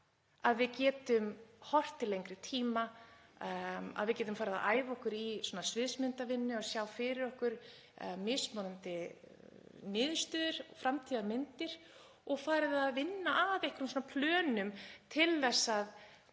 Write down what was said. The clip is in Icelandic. að við getum horft til lengri tíma, að við getum farið að æfa okkur í sviðsmyndavinnu og sjá fyrir okkur mismunandi niðurstöður og framtíðarmyndir og farið að vinna að einhverjum plönum, ekki